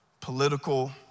political